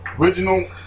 Original